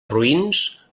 roïns